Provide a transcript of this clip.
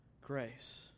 grace